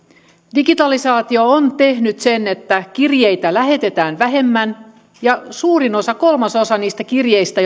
digitalisaatio on tehnyt sen että kirjeitä lähetetään vähemmän ja suurin osa kolmasosa niistä kirjeistä